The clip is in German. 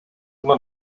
immer